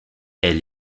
elle